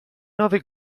nove